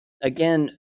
Again